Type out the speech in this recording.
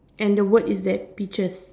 and the words is that teaches